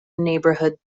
neighborhood